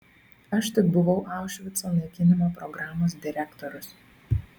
aš tik buvau aušvico naikinimo programos direktorius